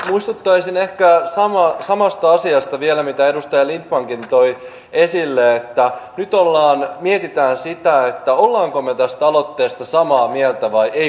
muistuttaisin ehkä samasta asiasta vielä kuin mitä edustaja lindtmankin toi esille että nyt mietitään sitä olemmeko me tästä aloitteesta samaa mieltä vai emmekö ole